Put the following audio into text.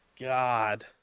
God